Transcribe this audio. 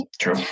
True